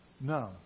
no